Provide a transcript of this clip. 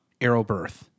Arrowbirth